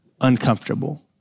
uncomfortable